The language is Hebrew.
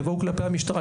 יבואו כלפי המשטרה.